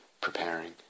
preparing